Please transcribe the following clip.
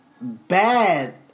bad